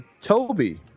Toby